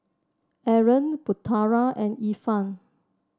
Aaron Putera and Irfan